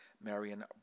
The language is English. Marion